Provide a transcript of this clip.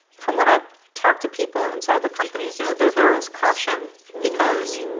from what i talked to people inside the companies, you know, there there is caution because,